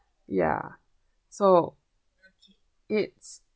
ya so it's